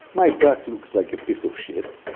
my truck looks like a piece of shit,